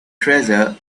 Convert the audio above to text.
treasure